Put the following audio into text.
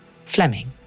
Fleming